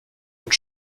und